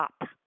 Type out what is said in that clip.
up